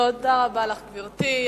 תודה רבה לך, גברתי.